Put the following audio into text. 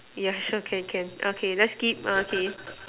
yeah sure can can okay let's skip okay